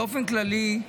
באופן כללי,